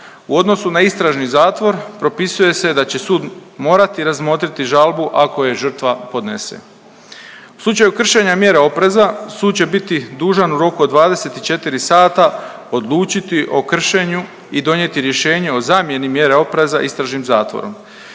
U odnosu na istražni zatvor propisuje se da će sud morati razmotriti žalbu ako je žrtva podnese. U slučaju kršenja mjera opreza sud će biti dužan u roku od 24 sata odlučiti o kršenju i donijeti rješenje o zamjeni mjere opreza istražnim zatvorom